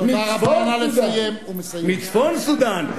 מצפון סודן,